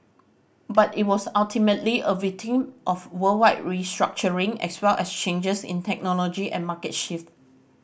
but it was ultimately a victim of worldwide restructuring as well as changes in technology and market shift